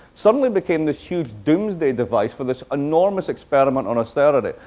suddenly became this huge doomsday device for this enormous experiment on austerity,